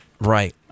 Right